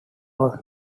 was